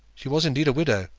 she was indeed a widow,